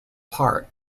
part